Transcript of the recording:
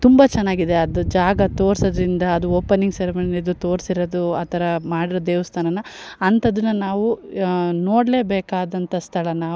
ತುಂಬ ಚೆನ್ನಾಗಿದೆ ಅದು ಜಾಗ ತೋರಿಸೋದ್ರಿಂದ ಅದು ಓಪನಿಂಗ್ ಸೆರೆಮನಿ ಇದು ತೋರ್ಸಿರೋದು ಆ ಥರ ಮಾಡಿರೋ ದೇವಸ್ಥಾನ ಅಂಥದನ್ನ ನಾವು ನೋಡ್ಲೇಬೇಕಾದಂಥ ಸ್ಥಳ ನಾವು